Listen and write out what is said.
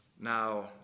Now